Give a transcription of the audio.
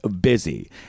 Busy